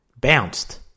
Bounced